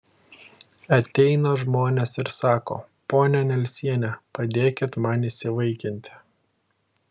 ateina žmonės ir sako ponia nelsiene padėkit man įsivaikinti